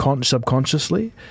subconsciously